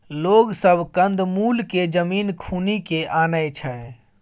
लोग सब कंद मूल केँ जमीन खुनि केँ आनय छै